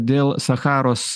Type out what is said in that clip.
dėl sacharos